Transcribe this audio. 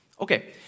Okay